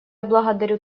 благодарю